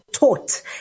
taught